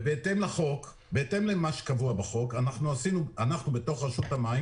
בהתאם למה שקבוע בחוק אנחנו ברשות המים